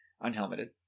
unhelmeted